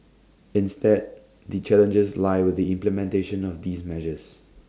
instead the challenges lie with the implementation of these measures